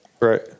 Right